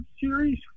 series